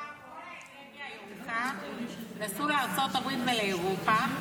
--- האנרגיה הירוקה נסעו לארצות הברית ולאירופה,